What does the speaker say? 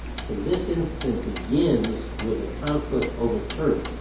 so this incident begins with a conflict over turf.